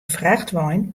frachtwein